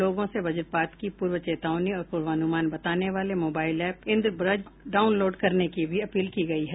लोगों से वज्रपात की पूर्व चेतावनी और पूर्वानुमान बताने वाले मोबाइल ऐप इन्द्रवज डाउनलोड करने की भी अपील की गयी है